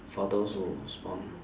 for those who was born